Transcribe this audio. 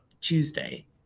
Tuesday